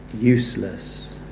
useless